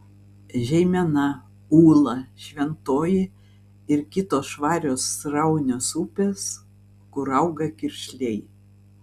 žeimena ūla šventoji ir kitos švarios sraunios upės kur auga kiršliai